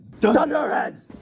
Thunderheads